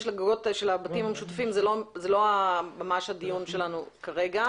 הבתים המשותפים זה לא ממש הדיון שלנו כרגע.